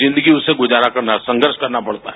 जिन्दगी उसे गुजारा करना संघर्ष करना पड़ता है